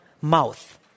mouth